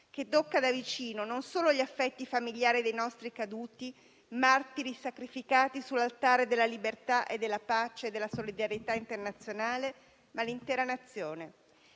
che tocca da vicino non solo gli affetti familiari dei nostri caduti, martiri sacrificati sull'altare della libertà, della pace e della solidarietà internazionale, ma l'intera nazione.